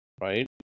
right